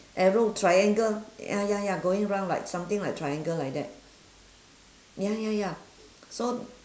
arrow triangle ya ya ya going round like something like triangle like that ya ya ya so